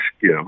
give